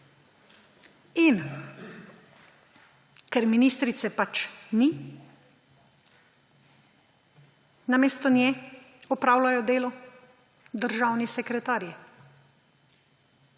In ker ministrice pač ni, namesto nje opravljajo delo državni sekretarji,